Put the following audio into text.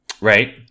Right